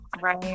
right